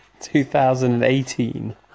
2018